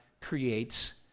creates